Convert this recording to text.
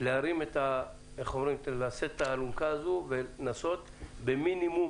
לשאת את האלונקה הזו ולנסות לעשות זאת במינימום,